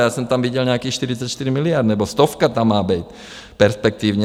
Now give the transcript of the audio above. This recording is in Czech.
Já jsem tam viděl nějakých 44 miliard nebo stovka tam má být perspektivně.